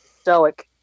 stoic